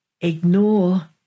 ignore